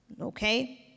Okay